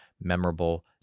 memorable